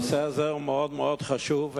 הנושא הזה הוא מאוד מאוד חשוב,